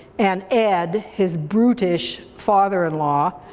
and ed, his brutish father in law,